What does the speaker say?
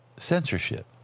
Censorship